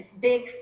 Big